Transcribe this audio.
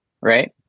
right